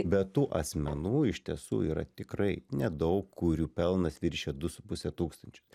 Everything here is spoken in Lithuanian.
bet tų asmenų iš tiesų yra tikrai nedaug kurių pelnas viršija du su puse tūkstančio